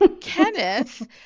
Kenneth